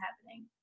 happening